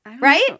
right